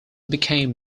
became